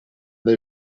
they